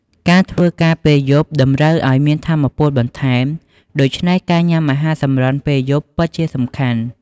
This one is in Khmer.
ការធ្វើការងារពេលយប់តម្រូវឱ្យមានថាមពលបន្ថែម ដូច្នេះការញ៉ាំអាហារសម្រន់ពេលយប់ពិតជាសំខាន់។